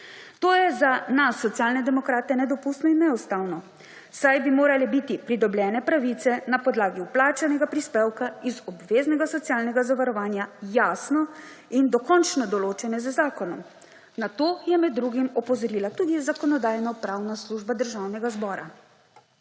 To je za nas Socialne demokrate nedopustno in neustavno, saj bi morale biti pridobljene pravice na podlagi vplačanega prispevka iz obveznega socialnega zavarovanja jasno in dokončno določene z zakonom. Na to je med drugim opozorila tudi Zakonodajno-pravna služba Državnega zbora.